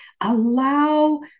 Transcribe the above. allow